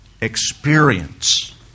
experience